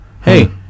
Hey